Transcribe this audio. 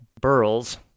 Burl's